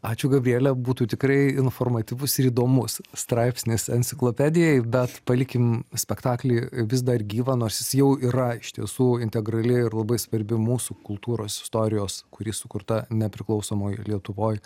ačiū gabriele būtų tikrai informatyvus ir įdomus straipsnis enciklopedijai bet palikim spektaklį vis dar gyvą nors jis jau yra iš tiesų integrali ir labai svarbi mūsų kultūros istorijos kuri sukurta nepriklausomoj lietuvoj